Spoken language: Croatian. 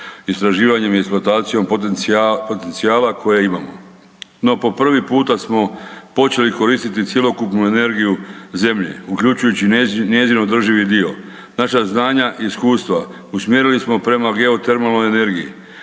istraživanjem i eksploatacijom potencijala koja imamo. No po prvi puta smo počeli koristiti cjelokupnu energiju zemlje uključujući njezin održivi dio. Naša znanja i iskustva usmjerili smo prema geotermalnoj energiji,